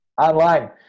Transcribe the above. Online